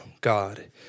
God